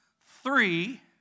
three